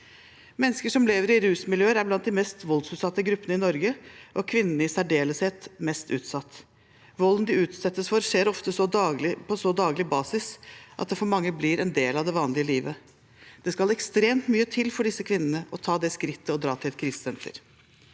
Mennesker som lever i rusmiljøer, er blant de mest voldsutsatte gruppene i Norge, og kvinnene er i særdeleshet mest utsatt. Volden de utsettes for, skjer ofte på så daglig basis at det for mange blir en del av det vanlige livet. Det skal ekstremt mye til for disse kvinnene å ta det skrittet å dra til et krisesenter,